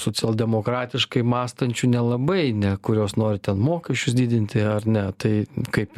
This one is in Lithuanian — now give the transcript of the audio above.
socialdemokratiškai mąstančių nelabai ne kurios ten mokesčius didinti ar ne tai kaip